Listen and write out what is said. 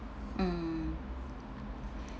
mm